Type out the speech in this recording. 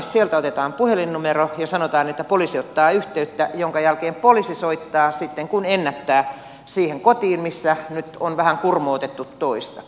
sieltä otetaan puhelinnumero ja sanotaan että poliisi ottaa yhteyttä minkä jälkeen poliisi soittaa sitten kun ennättää siihen kotiin missä nyt on vähän kurmootettu toista